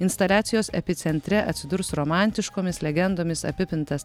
instaliacijos epicentre atsidurs romantiškomis legendomis apipintas